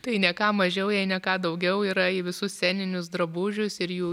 tai ne ką mažiau jei ne ką daugiau yra į visus sceninius drabužius ir jų